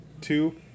two